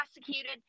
prosecuted